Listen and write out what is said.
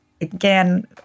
again